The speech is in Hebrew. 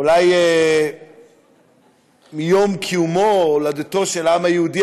אולי מיום קיומו או הולדתו של העם היהודי,